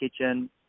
kitchen